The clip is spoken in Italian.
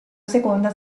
seconda